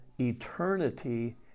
eternity